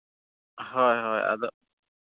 ᱦᱳᱭ ᱦᱳᱭ ᱟᱫᱚ